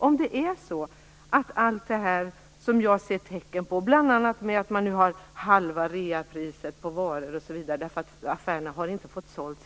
Jag ser tecken på detta bl.a. genom att affärerna nu har halva reapriset på varor därför att de inte har fått sina varor sålda.